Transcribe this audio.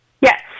Yes